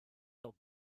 dog